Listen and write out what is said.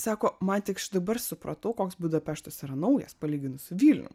sako man tik aš dabar supratau koks budapeštas yra naujas palyginus su vilnium